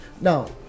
now